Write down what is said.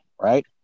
right